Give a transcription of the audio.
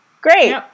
Great